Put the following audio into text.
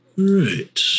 Right